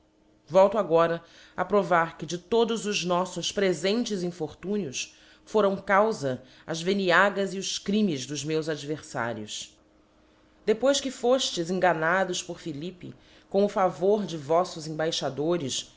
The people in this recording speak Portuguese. volto agora a provar que de todos os noflbs prefentes infortúnios foram caufa as veniagas e os crimes dos meus adverfarios depois que foftes enganados por philippe com o favor de voítos embaixadores